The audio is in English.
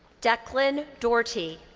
declan dorty.